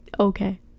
Okay